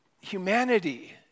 Humanity